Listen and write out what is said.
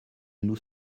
nous